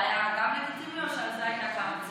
זה גם היה גם לגיטימי או שעל זה הייתה קמה צעקה?